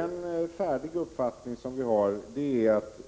En sådan uppfattning är att vi anser att